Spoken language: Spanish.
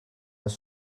las